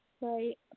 Right